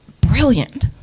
brilliant